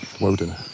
woden